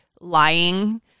lying